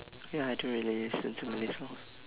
ya I don't really listen to malay song